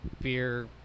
beer